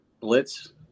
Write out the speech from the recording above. blitz